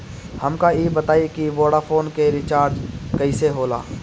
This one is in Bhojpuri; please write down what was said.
हमका ई बताई कि वोडाफोन के रिचार्ज कईसे होला?